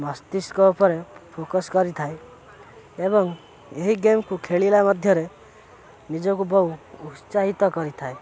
ମସ୍ତିଷ୍କ ଉପରେ ଫୋକସ୍ କରିଥାଏ ଏବଂ ଏହି ଗେମ୍କୁ ଖେଳିଲା ମଧ୍ୟରେ ନିଜକୁ ବହୁ ଉତ୍ସାହିତ କରିଥାଏ